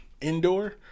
Indoor